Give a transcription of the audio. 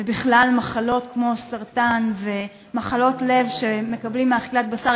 ובכלל ממחלות כמו סרטן ומחלות לב שמקבלים מאכילת בשר,